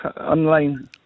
online